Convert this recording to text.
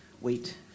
wait